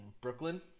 Brooklyn